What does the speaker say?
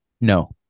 no